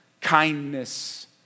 kindness